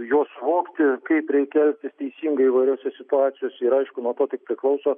juos suvokti kaip reikia teisingai įvairiose situacijose ir aišku nuo to tik priklauso